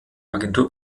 agentur